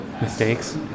Mistakes